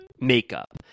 makeup